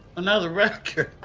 another wreck. i.